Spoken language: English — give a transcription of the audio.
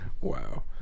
Wow